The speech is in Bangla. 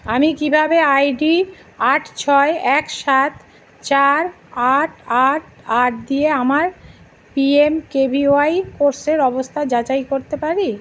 আমি কীভাবে আই ডি আট ছয় এক সাত চার আট আট আট দিয়ে আমার P M K V Y কোর্সের অবস্থা যাচাই করতে পারি